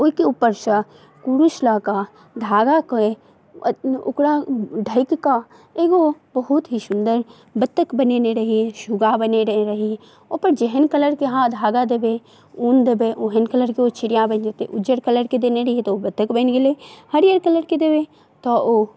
ओइके उपरसँ कुरुश लअ कऽ धागाके ओकरा ढकि कऽ एगो बहुत ही सुन्दर बत्तक बनेने रहियइ सुगा बनेने रही ओकर जेहन कलरके अहाँ धागा देबय ऊन देबय ओहेन कलरके ओ चिड़िआ बनि जेतय उज्जर कलरके देने रहियइ तऽ ओ बत्तक बनि गेलय हरियर कलरके देबय तऽ ओ